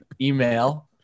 email